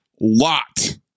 lot